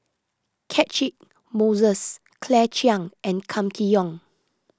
Catchick Moses Claire Chiang and Kam Kee Yong